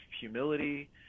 humility